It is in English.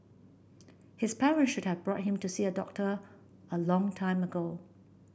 his parents should have brought him to see a doctor a long time ago